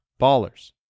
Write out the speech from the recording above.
ballers